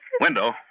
Window